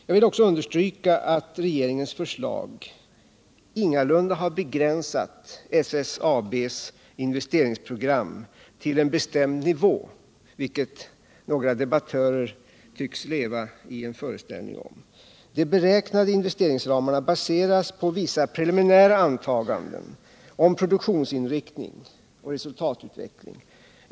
Jag vill också understryka att regeringens förslag ingalunda har begränsat SSAB:s investeringsprogram till en bestämd nivå, i vilken föreställning några av debattörerna tycks leva. De beräknade investeringsramarna baseras på vissa preliminära antaganden om produktionsinriktning och resultatutveckling.